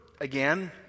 again